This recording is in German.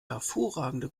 hervorragende